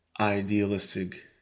idealistic